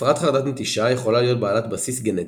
הפרעת חרדת נטישה יכולה להיות בעלת בסיס גנטי.